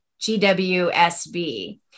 GWSB